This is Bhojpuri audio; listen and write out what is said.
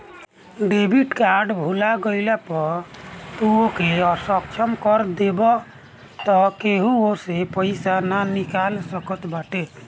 डेबिट कार्ड भूला गईला पअ तू ओके असक्षम कर देबाअ तअ केहू ओसे पईसा ना निकाल सकत बाटे